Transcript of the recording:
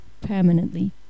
permanently